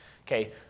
Okay